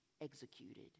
executed